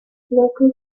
local